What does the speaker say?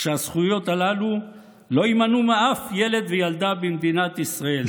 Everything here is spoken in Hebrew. שהזכויות הללו לא יימנעו מאף ילד וילדה במדינת ישראל.